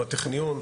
עם הטכניון,